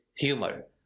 Humor